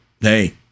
hey